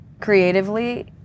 creatively